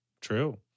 True